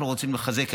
אנחנו רוצים לחזק,